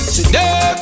Today